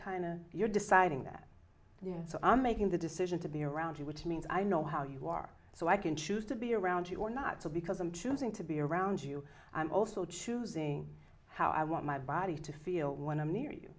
of you're deciding that you know so i'm making the decision to be around you which means i know how you are so i can choose to be around you or not so because i'm choosing to be around you i'm also choosing how i want my body to feel when i'm near you